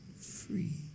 free